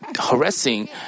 harassing